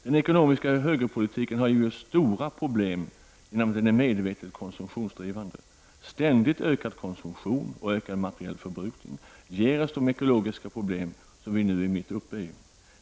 Den ekonomiska högerpolitiken har givit oss stora problem genom att den är medvetet konsumtionsdrivande. Ständigt ökad konsumtion och ökad materiell förbrukning ger oss de ekologiska problem som vi nu är mitt uppe i.